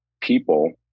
people